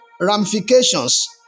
ramifications